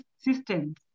systems